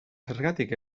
zergatik